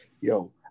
Yo